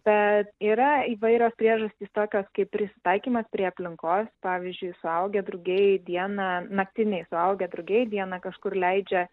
bet yra įvairios priežastys tokios kaip prisitaikymas prie aplinkos pavyzdžiui suaugę drugiai dieną naktiniai suaugę drugiai dieną kažkur leidžia